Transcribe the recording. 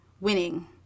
winning